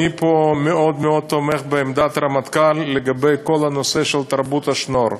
אני פה מאוד מאוד תומך בעמדת הרמטכ"ל לגבי כל הנושא של תרבות השנור,